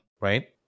right